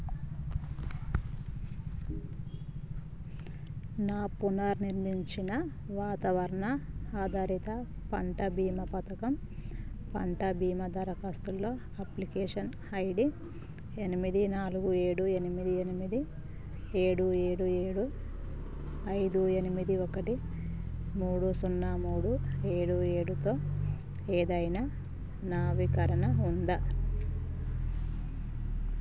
నా పునర్నిర్మించిన వాతావరణ ఆధారిత పంట బీమా పథకం పంట బీమా దరఖాస్తుల్లో అప్లికేషన్ ఐ డీ ఎనిమిది నాలుగు ఏడు ఎనిమిది ఎనిమిది ఏడు ఏడు ఏడు ఐదు ఎనిమిది ఒకటి మూడు సున్నా మూడు ఏడు ఏడుతో ఏదైనా నవీకరణ ఉందా